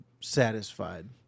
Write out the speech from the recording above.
satisfied